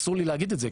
אסור לי להגיד את זה,